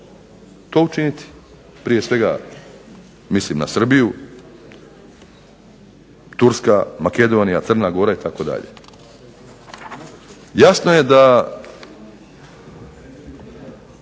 to učiniti. Prije svega mislim na Srbiju, Turska, Makedonija, Crna Gora itd. Jasno je da